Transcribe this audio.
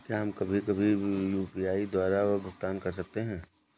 क्या हम कभी कभी भी यू.पी.आई द्वारा भुगतान कर सकते हैं?